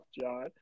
John